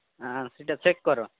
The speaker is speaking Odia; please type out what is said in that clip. ସେଇଟା ଚେକ୍ କର